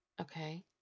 Okay